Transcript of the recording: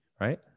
right